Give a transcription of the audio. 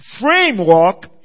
framework